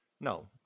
no